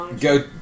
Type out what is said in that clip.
go